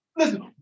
Listen